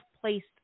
placed